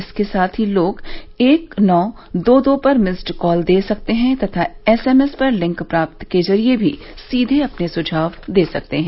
इसके साथ ही लोग एक नौ दो दो पर मिस्ड कॉल दे सकते हैं तथा एसएमएस पर प्राप्त लिंक के जरिए भी सीधे अपने सुझाव दे सकते हैं